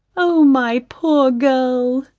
oh, my poor girl,